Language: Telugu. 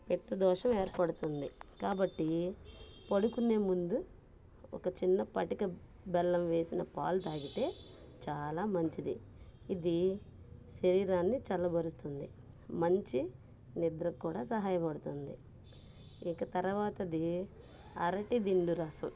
పిత్త దోషం ఏర్పడుతుంది కాబట్టి పడుకునేముందు ఒక చిన్న పటిక బెల్లం వేసిన పాలు తాగితే చాలామంచిది ఇది శరీరాన్ని చల్లబరుస్తుంది మంచి నిద్రకి కూడా సహాయపడుతుంది ఇక తర్వాతది అరటిదిండు రసం